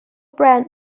brand